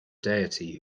deity